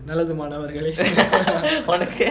உனக்கு:unakku